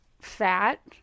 fat